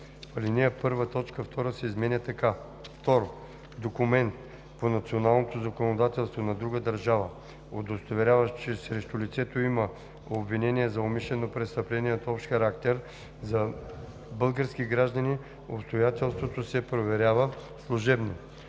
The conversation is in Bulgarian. ал. 1 т. 2 се изменя така: „2. документ по националното законодателство на друга държава, удостоверяващ, че срещу лицето няма обвинение за умишлено престъпление от общ характер; за български граждани обстоятелството се проверява служебно;“